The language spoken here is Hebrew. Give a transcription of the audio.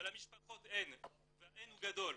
אבל למשפחות אין והאין הוא גדול.